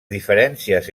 diferències